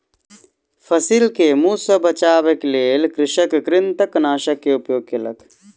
फसिल के मूस सॅ बचाबअ के लेल कृषक कृंतकनाशक के उपयोग केलक